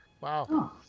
wow